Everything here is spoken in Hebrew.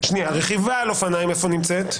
זה --- שנייה, הרכיבה על אופניים איפה נמצאת?